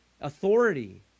Authority